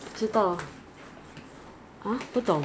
are you an existing Face Shop member or 你是